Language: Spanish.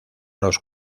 los